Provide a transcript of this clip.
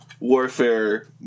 warfare